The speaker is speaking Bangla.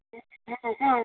হ্যাঁ হ্যাঁ